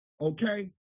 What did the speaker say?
Okay